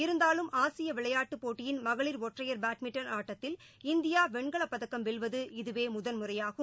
இருந்தாலும் ஆசிய விளையாட்டு போட்டியின் மகளிர் ஒற்றையர் பேட்மின்டன் ஆட்டத்தில் இந்தியா வெண்கல பதக்கம் வெல்வது இதுவே முதல் முறையாகும்